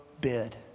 bid